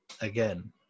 again